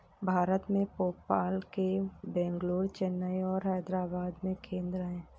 भारत में, पेपाल के बेंगलुरु, चेन्नई और हैदराबाद में केंद्र हैं